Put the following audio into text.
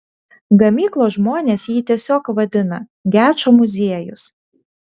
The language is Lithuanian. gamyklos žmonės jį tiesiog vadina gečo muziejus